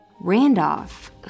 Randolph